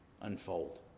unfold